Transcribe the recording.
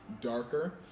darker